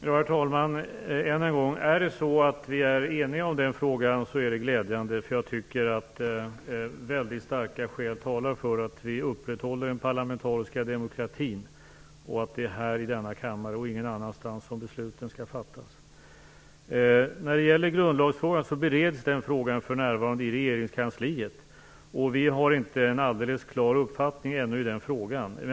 Herr talman! Om vi är eniga i den frågan är det glädjande. Jag tycker att mycket starka skäl talar för att vi skall upprätthålla den demokratiska demokratin. Det är i denna kammare och ingen annanstans som besluten skall fattas. Grundlagsfrågan bereds för närvarande i regeringskansliet. Vi har inte någon alldeles klar uppfattning i frågan.